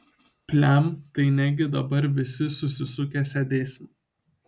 pliam tai negi dabar visi susisukę sėdėsim